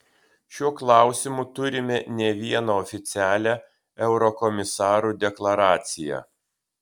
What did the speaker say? šiuo klausimu turime ne vieną oficialią eurokomisarų deklaraciją